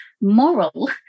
moral